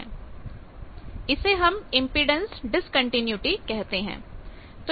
इसे हम impedance discontinuity कहते हैं